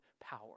power